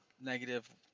negative